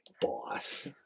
Boss